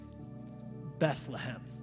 Bethlehem